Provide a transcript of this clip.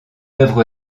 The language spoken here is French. œuvre